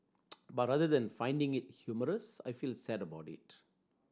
but rather than finding it humorous I feel sad about it